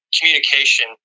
communication